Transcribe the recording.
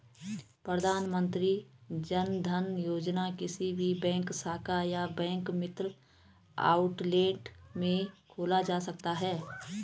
प्रधानमंत्री जनधन योजना किसी भी बैंक शाखा या बैंक मित्र आउटलेट में खोला जा सकता है